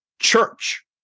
Church